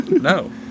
No